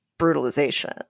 Brutalization